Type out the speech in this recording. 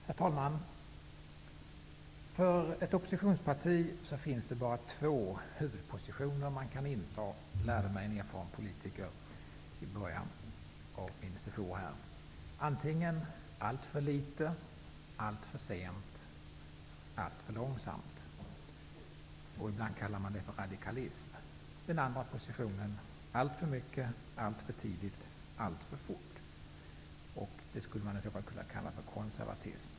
Herr talman! För ett oppositionsparti finns det bara två huvudpositioner att inta, lärde mig en erfaren politiker i början av min mandatperiod här: antingen alltför litet, alltför sent, alltför långsamt -- ibland kallas det för radikalism -- eller alltför mycket, alltför tidigt, alltför fort -- det skulle kunna kallas för konservatism.